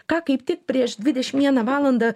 ką kaip tik prieš dvidešim vieną valandą